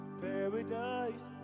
paradise